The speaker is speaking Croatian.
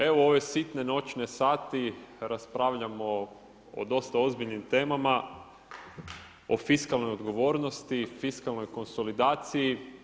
Evo u ove sitne noćne sate raspravljamo o dosta ozbiljnim temama, o fiskalnoj odgovornosti, fiskalnoj konsolidaciji.